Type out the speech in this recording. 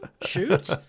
Shoot